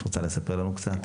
את רוצה לספר לנו קצת?